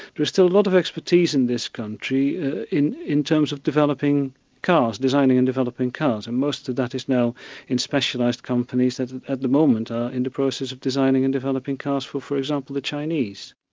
there's still a lot of expertise in this country in in terms of developing cars, designing and developing cars, and most of that is now in specialised companies that at the moment are in the process of designing and developing cars for, for example, the chinese.